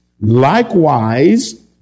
Likewise